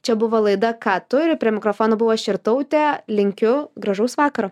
čia buvo laida ką tu ir prie mikrofono buvo širtautė linkiu gražaus vakaro